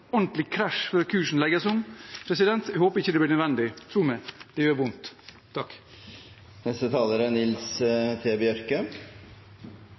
ordentlig krasj før kursen legges om. Jeg håper ikke det blir nødvendig. Tro meg: Det gjør vondt. Denne regjeringa seier ho er